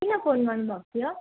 किन फोन गर्नुभएको थियो